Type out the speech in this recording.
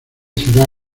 será